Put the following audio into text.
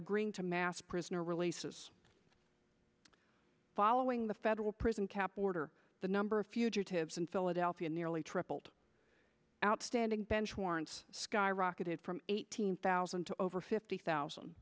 agreeing to mass prisoner releases following the federal prison cap order the number of fugitives in philadelphia nearly tripled outstanding bench warrants skyrocketed from eighteen thousand to over fifty thousand